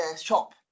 shop